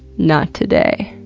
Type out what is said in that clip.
not today.